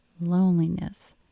loneliness